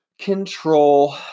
control